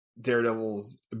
Daredevil's